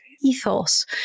ethos